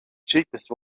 cheapest